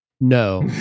No